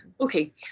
Okay